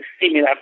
similar